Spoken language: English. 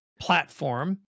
platform